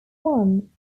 one